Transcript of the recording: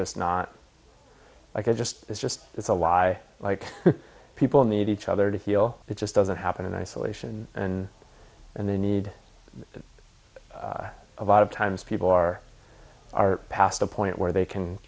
just not i just it's just it's a lie like people need each other to heal it just doesn't happen in isolation and they need a lot of times people are are past the point where they can